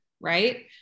Right